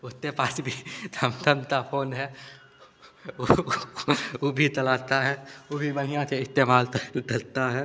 उसके पास भी थमथम ता फोन है ऊ ऊ भी तलाता है ऊ भी बढ़िया थे इस्तेमाल तल चलता है